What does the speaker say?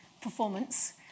performance